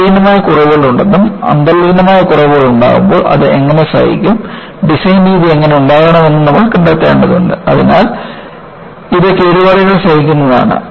അന്തർലീനമായ കുറവുകളുണ്ടെന്നും അന്തർലീനമായ കുറവുകൾ ഉണ്ടാകുമ്പോൾ അത് എങ്ങനെ സഹിക്കും ഡിസൈൻ രീതി എങ്ങനെ ഉണ്ടാക്കാമെന്നും നമ്മൾ കണ്ടെത്തേണ്ടതുണ്ട് അതിനാൽ ഇത് കേടുപാടുകൾ സഹിക്കുന്നതാണ്